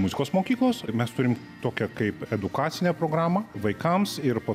muzikos mokyklos ir mes turim tokią kaip edukacinę programą vaikams ir po